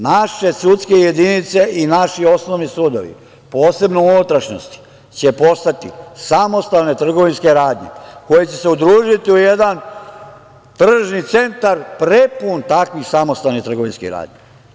Naše sudske jedinice i naši osnovni sudovi, posebno u unutrašnjosti će postati samostalne trgovinske radnje koje će se udružiti u jedan tržni centar prepun takvih samostalnih trgovinskih radnji.